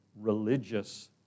religious